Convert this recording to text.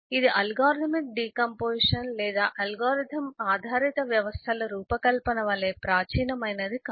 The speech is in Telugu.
ఇది అల్గోరిథమిక్ డికాంపొజిషన్ లేదా అల్గోరిథం ఆధారిత వ్యవస్థల రూపకల్పన వలె ప్రాచీనమైనది కాదు